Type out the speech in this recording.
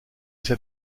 fait